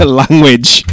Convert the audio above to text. language